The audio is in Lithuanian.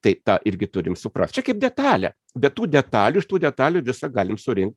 tai tą irgi turim suprast čia kaip detalė be tų detalių iš tų detalių visą galim surinkt